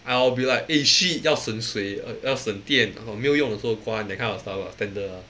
I'll be like eh shit 要省水要省电那种没有用的时候关 that kind of stuff ah standard ah